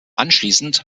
anschließend